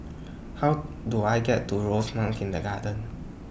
How Do I get to Rosemount Kindergarten